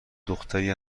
دختری